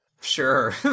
Sure